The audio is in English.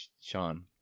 Sean